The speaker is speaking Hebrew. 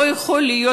לא יכול להיות,